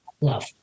love